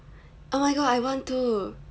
oh my god I want too